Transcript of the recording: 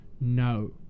No